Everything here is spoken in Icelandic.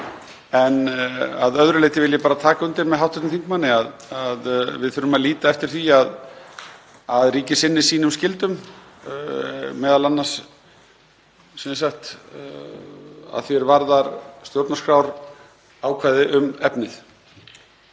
Að öðru leyti vil ég bara taka undir með hv. þingmanni að við þurfum að líta eftir því að ríkið sinni sínum skyldum, m.a. að því er varðar stjórnarskrárákvæði um efnið.